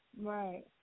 Right